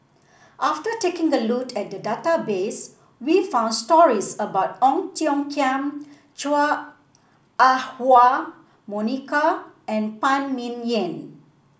after taking a look at the database we found stories about Ong Tiong Khiam Chua Ah Huwa Monica and Phan Ming Yen